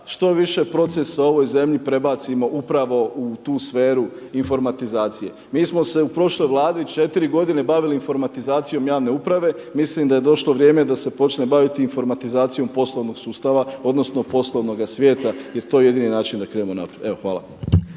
što više procesa u ovoj zemlji prebacimo upravo u tu sferu informatizacije. Mi smo se u prošloj vladi četiri godine bavili informatizacijom javne uprave, mislim da je došlo vrijeme da se počne baviti informatizacijom poslovnog sustava odnosno poslovnoga svijeta jer to je jedini način da krenemo naprijed. Hvala.